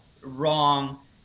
wrong